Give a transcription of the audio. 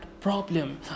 problem